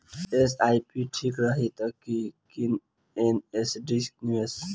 SIP ठीक रही कि एन.सी.डी निवेश?